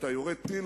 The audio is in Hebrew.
זה המרכיב השני.